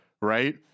right